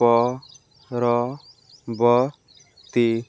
ପରବର୍ତ୍ତୀ